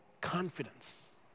confidence